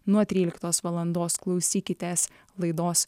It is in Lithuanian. nuo tryliktos valandos klausykitės laidos